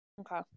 Okay